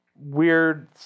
weird